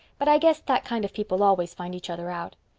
but i guess that kind of people always find each other out.